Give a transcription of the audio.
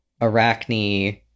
Arachne